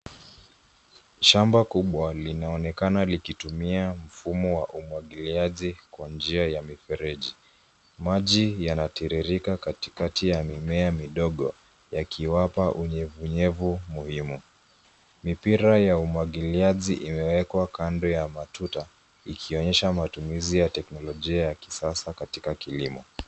Shamba kubwa linaonekana likitumia mfumo wa umwangiliaji kwa njia ya mifereji. Maji yanatiririka katikati ya mimea midogo yakiwapa unyevunyevu muhimu. Mipira ya umwangiliaji imewekwa kando ya matuta ikionyesha matumizi ya teknolojia ya kisasa katika kilimo.